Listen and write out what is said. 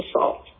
assault